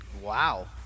wow